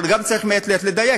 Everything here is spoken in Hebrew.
אבל גם צריך מעת לעת לדייק,